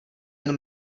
jen